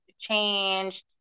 change